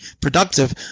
productive